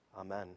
Amen